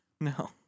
No